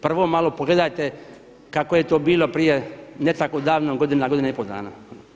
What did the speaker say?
Prvo malo pogledajte kako je to bilo prije ne tako davno godina, godina i pol dana.